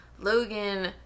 logan